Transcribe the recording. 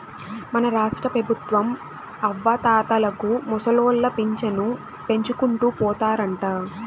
మన రాష్ట్రపెబుత్వం అవ్వాతాతలకు ముసలోళ్ల పింఛను పెంచుకుంటూ పోతారంట